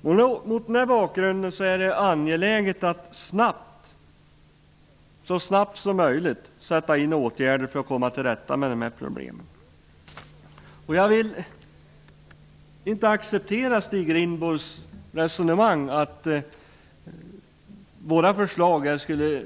Mot den här bakgrunden är det angeläget att så snabbt som möjligt sätta in åtgärder för att komma till rätta med dessa problem. Jag vill inte acceptera Stig Rindborgs resonemang att våra förslag skulle